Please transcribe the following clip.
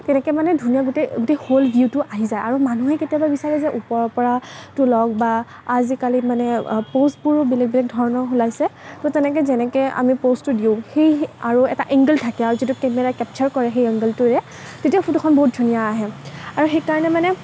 তেনেকৈ মানে ধুনীয়া গোটেই গোটেই হোল ভিউটো আহি যায় আৰু মানুহে কেতিয়াবা বিচাৰে যে ওপৰৰ পৰা তোলক বা আজিকালি মানে প'জবোৰো বেলেগ বেলেগ ধৰণৰ ওলাইছে তো তেনেকৈ যেনেকৈ আমি প'জটো দিওঁ সেই আৰু এটা এঙ্গল থাকে আৰু যেতিয়া কেমেৰাই কেপচাৰ কৰে সেই এঙ্গলটোৰে তেতিয়া ফটোখন বহুত ধুনীয়া আহে আৰু সেইকাৰণে মানে